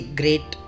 great